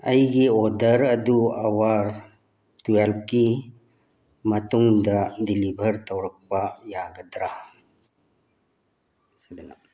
ꯑꯩꯒꯤ ꯑꯣꯗꯔ ꯑꯗꯨ ꯑꯥꯋꯥꯔ ꯇ꯭ꯋꯦꯜꯄꯀꯤ ꯃꯇꯨꯡꯗ ꯗꯤꯂꯤꯕꯔ ꯇꯧꯔꯛꯄ ꯌꯥꯒꯗ꯭ꯔꯥ